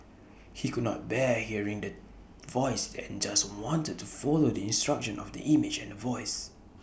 he could not bear hearing The Voice and just wanted to follow the instruction of the image and The Voice